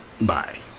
bye